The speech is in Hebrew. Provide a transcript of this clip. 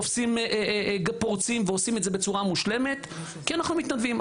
תופסים פורצים ועושים את זה בצורה מושלמת כי אנחנו מתנדבים.